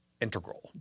integral